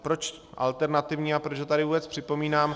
Proč alternativní a proč ho tady vůbec připomínám.